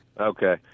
Okay